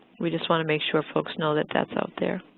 we just want to make sure folks know that that's out there.